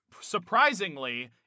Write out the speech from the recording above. surprisingly